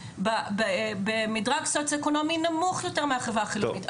במדרג סוציואקונומי נמוך מהחברה החילונית,